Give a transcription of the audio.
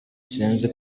sinzi